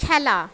খেলা